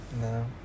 No